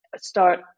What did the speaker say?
start